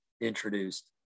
introduced